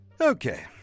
Okay